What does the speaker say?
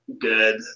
good